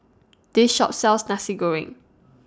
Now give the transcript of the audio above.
This Shop sells Nasi Goreng